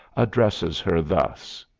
addresses her thus